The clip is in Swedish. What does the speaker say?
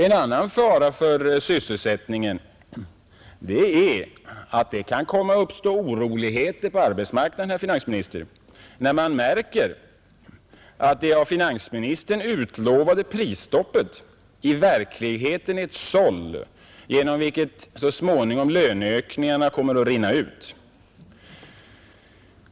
En annan fara för sysselsättningen är att det kan komma att uppstå oroligheter på arbetsmarknaden, herr finansminister, när man märker, att det av finansministern utlovade prisstoppet i verkligheten är ett såll, genom vilket så småningom löneökningarna kommer att rinna ut.